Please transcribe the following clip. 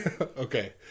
okay